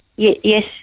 Yes